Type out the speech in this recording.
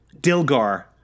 Dilgar